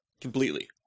completely